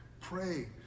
pray